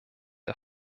der